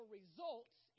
results